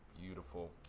beautiful